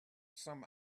some